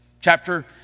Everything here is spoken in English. chapter